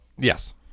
Yes